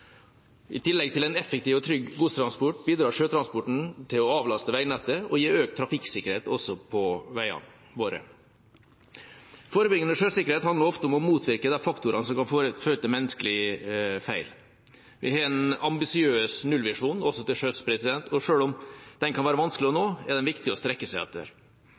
I tillegg til en effektiv og trygg godstransport bidrar sjøtransporten til å avlaste veinettet og gi økt trafikksikkerhet også på veiene våre. Forebyggende sjøsikkerhet handler ofte om å motvirke de faktorene som kan føre til menneskelige feil. Vi har en ambisiøs nullvisjon også til sjøs, og selv om den kan være vanskelig å nå, er den viktig å strekke seg etter.